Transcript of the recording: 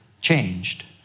changed